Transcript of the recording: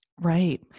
Right